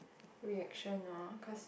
reaction loh cause